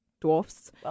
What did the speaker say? dwarfs